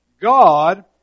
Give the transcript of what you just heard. God